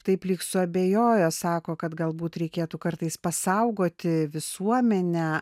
taip lyg suabejojo sako kad galbūt reikėtų kartais pasaugoti visuomenę